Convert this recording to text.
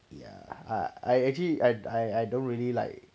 ya I I actually I I I don't really like